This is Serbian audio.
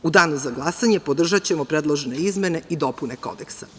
U danu za glasanje podržaćemo predložene izmene i dopune Kodeksa.